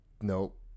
nope